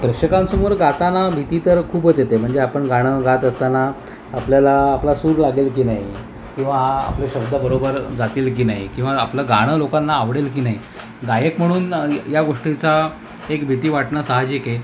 प्रेक्षकांसमोर गाताना भीती तर खूपच येते आहे म्हणजे आपण गाणं गात असताना आपल्याला आपला सूर लागेल की नाही किंवा आपले शब्द बरोबर जातील की नाही किंवा आपलं गाणं लोकांना आवडेल की नाही गायक म्हणून य् या गोष्टीची एक भीती वाटणं साहजिक आहे